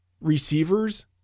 receivers